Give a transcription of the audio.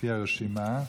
לפי הרשימה.